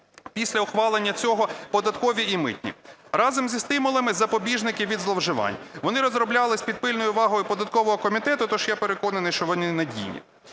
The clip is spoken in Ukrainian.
після ухвалення цього, податкові і митні. Разом зі стимулами – запобіжники від зловживань. Вони розроблялись під пильною увагою податкового комітету, тож я переконаний, що вони надійні.